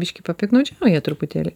biškį papiktnaudžiauja truputėlį